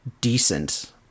decent